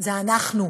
זה אנחנו,